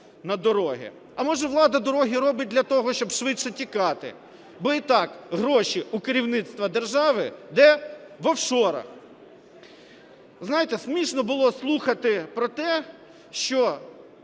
на дороги. А може влада дороги робить для того, щоб швидше тікати, бо й так гроші у керівництва держави де? В офшорах! Знаєте, смішно було слухати про те, що